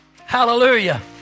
Hallelujah